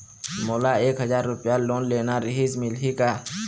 मोला एक हजार रुपया लोन लेना रीहिस, मिलही का?